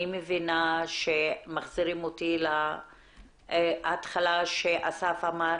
אני מבינה שמחזירים אותי להתחלה שאסף אמר